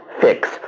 fix